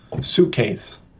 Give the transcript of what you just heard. suitcase